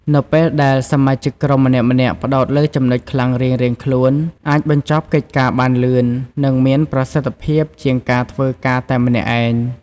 នៅពេលដែលសមាជិកក្រុមម្នាក់ៗផ្តោតលើចំណុចខ្លាំងរៀងៗខ្លួន អាចបញ្ចប់កិច្ចការបានលឿន និងមានប្រសិទ្ធភាពជាងការធ្វើការតែម្នាក់ឯង។